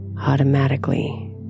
automatically